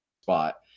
spot